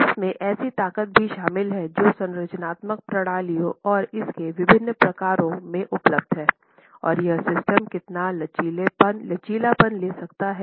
इसमें ऐसी ताकत भी शामिल है जो संरचनात्मक प्रणालियों और इसके विभिन्न प्रकारों में उपलब्ध है और यह सिस्टम कितना लचीलापन ले सकता है